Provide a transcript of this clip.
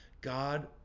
God